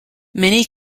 many